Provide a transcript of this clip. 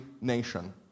nation